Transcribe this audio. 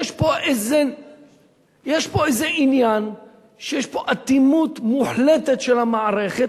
יש פה איזה עניין שיש פה אטימות מוחלטת של המערכת,